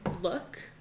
look